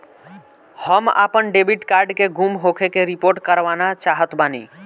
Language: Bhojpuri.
हम आपन डेबिट कार्ड के गुम होखे के रिपोर्ट करवाना चाहत बानी